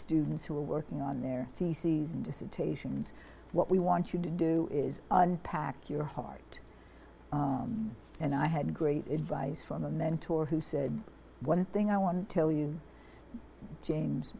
students who are working on their theses dissertations what we want you to do is unpack your heart and i had great advice from a mentor who said one thing i want to tell you james